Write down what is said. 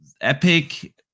Epic